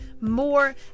more